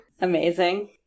Amazing